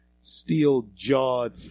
steel-jawed